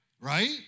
Right